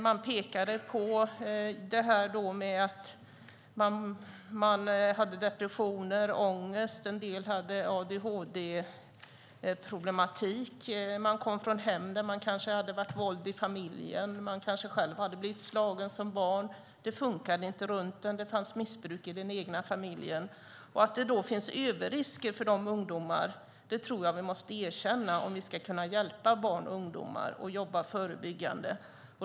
De pekade på ungdomar med depressioner, ångest, adhd-problem, som kommer från hem med våld i familjen eller själva blivit slagna som barn. Det funkade inte runt dem, och missbruk fanns i den egna familjen. Vi måste erkänna att det finns överrisker för de ungdomarna om vi ska kunna hjälpa dem och jobba förebyggande.